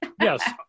Yes